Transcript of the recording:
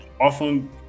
often